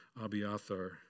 Abiathar